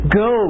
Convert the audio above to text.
go